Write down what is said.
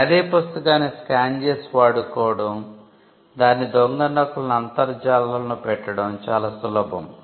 కాని అదే పుస్తకాన్ని స్కాన్ చేసి వాడుకోవడం దాని దొంగ నకలను అంతర్జాలంలో పెట్టడo చాలా సులభం